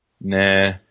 nah